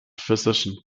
physician